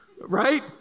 right